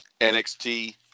NXT